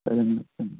present book